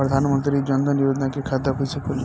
प्रधान मंत्री जनधन योजना के खाता कैसे खुली?